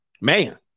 Man